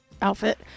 outfit